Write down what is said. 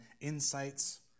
insights